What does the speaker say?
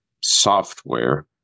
software